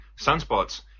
sunspots